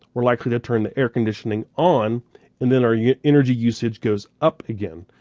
we're likely to turn the air conditioning on and then our yeah energy usage goes up again.